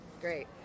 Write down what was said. Great